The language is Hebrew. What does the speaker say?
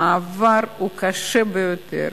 המעבר הוא קשה ביותר.